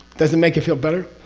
does it make you feel better?